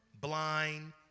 blind